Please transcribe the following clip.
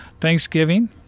Thanksgiving